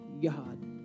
God